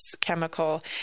chemical